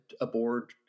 aboard